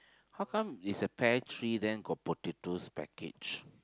how come is a pair three then got potatoes package